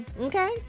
okay